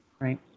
Right